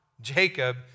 Jacob